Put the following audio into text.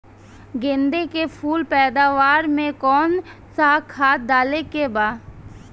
गेदे के फूल पैदवार मे काउन् सा खाद डाले के बा?